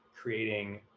creating